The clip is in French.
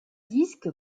disque